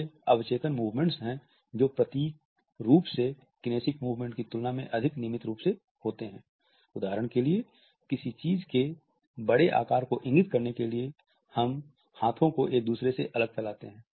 वे अवचेतन मूवमेंट्स हैं जो प्रतीक रूप से किनेसिक मूवमेंट्स की तुलना में अधिक नियमित रूप से होते हैं